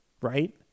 right